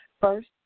first